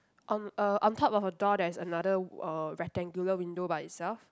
on uh on top of a door there's another uh rectangular window by itself